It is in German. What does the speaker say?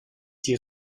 die